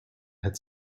had